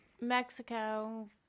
Mexico